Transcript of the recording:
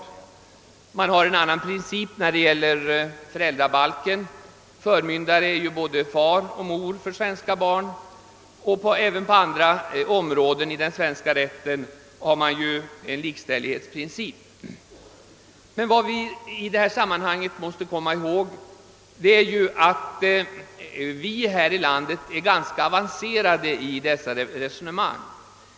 Föräldrabalken har en annan princip — förmyndare för svenska barn är både far och mor. Även på andra områden i den svenska rätten respekterar man en likställighetsprincip. Men vad vi i detta sammanhang måste komma ihåg är att vi i Sverige är ganska avancerade i dessa frågor.